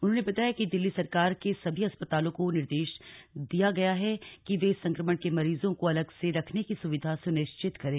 उन्होंने बताया कि दिल्ली सरकार के सभी अस्पतालों को निर्देश दिया गया है कि वे इस संक्रमण के मरीजों को अलग से रखने की सुविधा सुनिश्चित करें